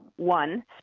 one